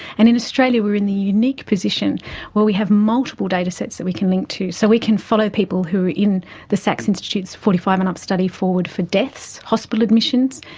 and in australia we are in the unique position where we have multiple datasets that we can link to. so we can follow people who are in the sax institute's forty five and up study forward for deaths, hospital admissions,